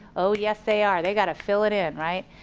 oh yes they are, they got to fill it in. right,